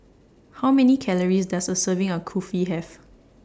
How Many Calories Does A Serving of Kulfi Have